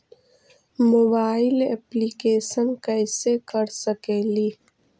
Mobile application कैसे कर सकेली?